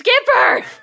Skipper